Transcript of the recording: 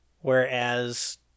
Whereas